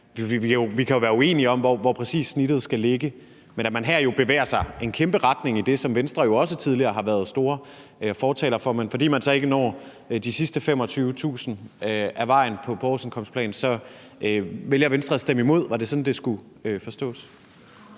Vi kan jo være uenige om, hvor præcis snittet skal ligge, men her bevæger man sig et kæmpe skridt i den retning, som Venstre også tidligere har været store fortalere for, men fordi man så ikke når de sidste 25.000 kr. af vejen på årsindkomstplan, vælger Venstre at stemme imod. Var det sådan, det skulle forstås?